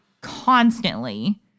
constantly